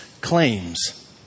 claims